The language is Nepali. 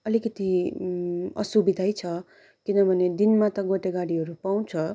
अलिकति असुविदै छ किनभने दिनमा त गोटे गाडीहरू पाउँछ